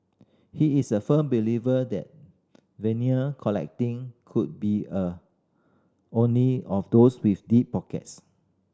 he is a firm believer that vinyl collecting could be a only of those with deep pockets